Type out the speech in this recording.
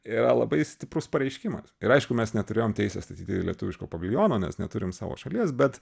yra labai stiprus pareiškimas ir aišku mes neturėjom teisės statyti lietuviško paviljono nes neturim savo šalies bet